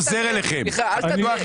סליחה, אל תטעה.